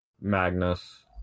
Magnus